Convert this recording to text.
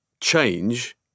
change